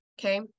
okay